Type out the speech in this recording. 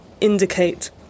indicate